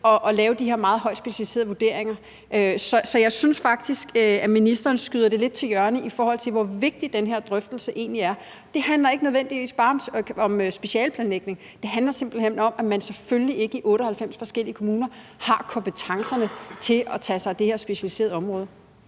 at lave de her meget højt specialiserede vurderinger. Så jeg synes faktisk, at ministeren skyder det lidt til hjørne, i forhold til hvor vigtig den her drøftelse egentlig er. Det handler ikke nødvendigvis bare om specialeplanlægning. Det handler simpelt hen om, at man selvfølgelig ikke i 98 forskellige kommuner har kompetencerne til at tage sig af det her specialiserede område.